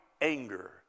anger